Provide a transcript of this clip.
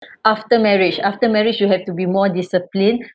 after marriage after marriage you have to be more disciplined